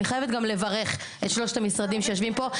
אני חייבת גם לברך את שלושת המשרדים שיושבים פה,